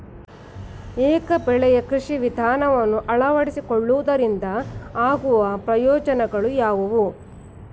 ಏಕ ಬೆಳೆಯ ಕೃಷಿ ವಿಧಾನವನ್ನು ಅಳವಡಿಸಿಕೊಳ್ಳುವುದರಿಂದ ಆಗುವ ಪ್ರಯೋಜನಗಳು ಯಾವುವು?